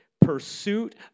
pursuit